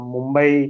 Mumbai